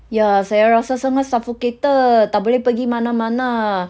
ya saya rasa semua suffocated tak boleh pergi mana-mana